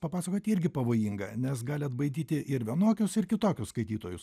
papasakoti irgi pavojinga nes gali atbaidyti ir vienokius ir kitokius skaitytojus